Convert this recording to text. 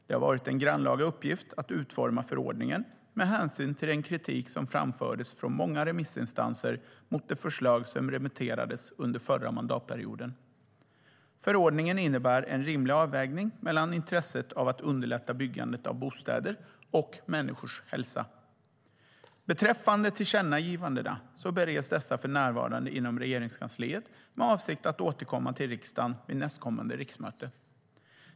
Det har varit en grannlaga uppgift att utforma förordningen med hänsyn till den kritik som framfördes från många remissinstanser mot det förslag som remitterades under förra mandatperioden. Förordningen innebär en rimlig avvägning mellan intresset av att underlätta byggandet av bostäder och människors hälsa. Beträffande tillkännagivandena bereds dessa för närvarande inom Regeringskansliet med avsikt att återkomma till riksdagen vid nästkommande riksmöte.